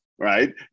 right